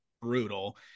brutal